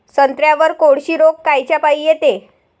संत्र्यावर कोळशी रोग कायच्यापाई येते?